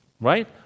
right